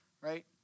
right